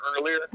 earlier